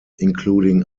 including